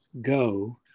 go